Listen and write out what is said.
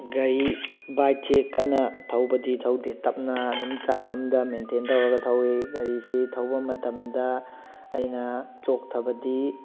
ꯒꯥꯔꯤ ꯕꯥꯏꯛꯁꯤ ꯀꯟꯅ ꯊꯧꯕꯗꯤ ꯊꯧꯗꯦ ꯇꯞꯅ ꯑꯗꯨꯝ ꯆꯥꯡ ꯑꯃꯗ ꯃꯦꯟꯇꯦꯟ ꯇꯧꯔꯒ ꯊꯧꯋꯤ ꯒꯥꯔꯤꯁꯤ ꯊꯧꯕ ꯃꯇꯝꯗ ꯑꯩꯅ ꯆꯣꯛꯊꯕꯗꯤ